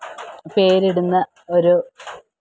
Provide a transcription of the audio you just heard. പേരിടുന്ന ഒരു